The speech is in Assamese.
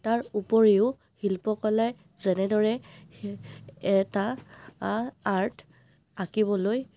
তাৰ উপৰিও শিল্পকলাই যেনেদৰে এটা আ আৰ্ট আঁকিবলৈ